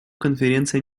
конференция